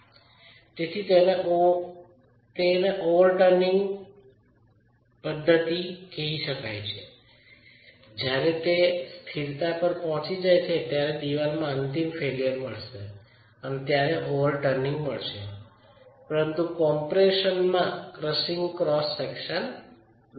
અને તેથી તે ઓવરટર્નિંગ પદ્ધતિ છે જ્યારે સ્થિરતા પર પહોંચી જાય છે ત્યારે દીવાલમાં અંતિમ ફેઇલ્યર મળશે અને ત્યારે ઓવરટર્નિંગ મળશે પરંતુ કમ્પ્રેશનમાં ક્રસીંગ ક્રોસ સેક્શન નહીં મળે